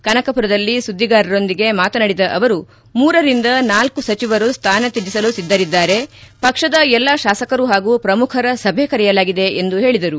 ಕನಕಪುರದಲ್ಲಿ ಸುದ್ವಿಗಾರರೊಂದಿಗೆ ಮಾತನಾಡಿದ ಅವರು ಮೂರರಿಂದ ನಾಲ್ಲು ಸಚಿವರು ಸ್ಥಾನ ತ್ಲೆಜಿಸಲು ಸಿದ್ದರಿದ್ದಾರೆ ಪಕ್ಷದ ಎಲ್ಲ ಶಾಸಕರು ಹಾಗೂ ಪ್ರಮುಖರ ಸಭೆ ಕರೆಯಲಾಗಿದೆ ಎಂದು ಹೇಳಿದರು